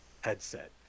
headset